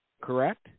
Correct